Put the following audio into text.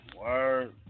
Word